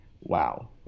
wow